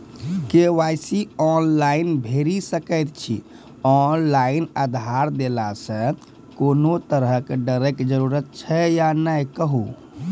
KYC online भैरि सकैत छी, ऑनलाइन आधार देलासॅ कुनू तरहक डरैक जरूरत छै या नै कहू?